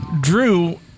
drew